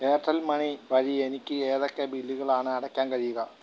Airtel money വഴി എനിക്ക് ഏതൊക്കെ ബില്ലുകളാണ് അടയ്ക്കാൻ കഴിയുക